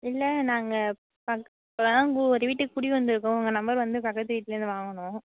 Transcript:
இல்லை நாங்கள் ஒரு வீட்டுக் குடி வந்துயிருக்கோம் உங்கள் நம்பர் வந்து பக்கத்து வீட்டிலேந்து வாங்கினோம்